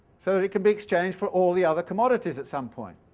so it can be exchanged for all the other commodities at some point.